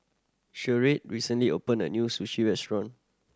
Sharde recently opened a new Sushi Restaurant